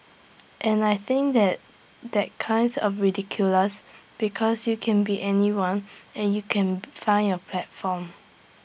and I think that that's kinds of ridiculous because you can be anyone and you can find your platform